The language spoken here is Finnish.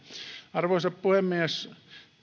arvoisa puhemies